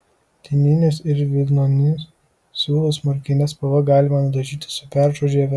lininius ir vilnonius siūlus morkine spalva galima nudažyti su beržo žieve